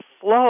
flow